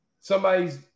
somebody's